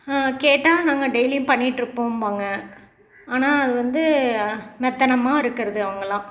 கேட்டால் நாங்கள் டெயிலியும் பண்ணிட்டு இருப்போம்பாங்க ஆனால் அது வந்து மெத்தனமாக இருக்கிறது அவங்கெல்லாம்